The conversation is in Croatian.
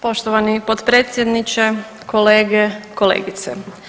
Poštovani potpredsjedniče, kolege, kolegice.